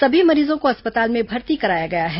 सभी मरीजों को अस्पताल में भर्ती कराया गया है